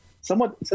somewhat